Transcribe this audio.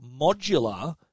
modular